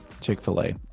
Chick-fil-A